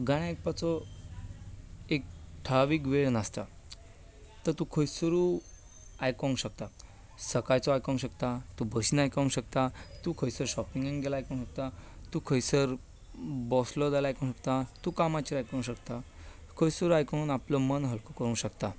गाणें आयकपाचो एक ठरावीक वेळ नासता तो तूं खंयसरू आयकुपाक शकता सकाळचें आयकुपाक शकता तूं बसींत आयकुपाक शकता तूं खंयसर शॉपिंगाक गेलो आयकोंक शकता तूं खंयसर बसलो जाल्यार आयकुपाक शकता तूं कामाचेर आयकुपाक शकता खंयसरूय आयकून आपलें मन हल्को करूंक शकता